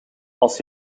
als